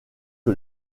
que